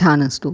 छान असतो